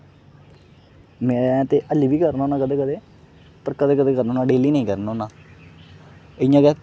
में ते हल्ली बी करना होन्ना कदें कदें पर कदें कदें करना होन्ना डेली निं करना होन्नां इ'यां गै